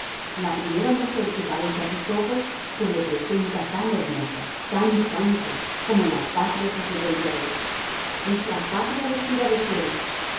la primera mujer que aparece a sus ojos se le presenta tan hermosa tan santa como la patria que se vuelve a ver es la patria vestida de seda